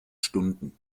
stunden